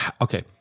okay